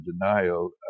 denial